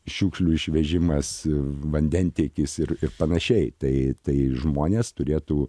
šiukšlių išvežimas iii vandentiekis ir ir panašiai tai tai žmonės turėtų